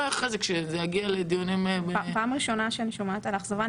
אולי אחרי זה כשזה יגיע לדיונים --- פעם ראשונה שאני שומעת על האכזבה.